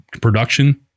production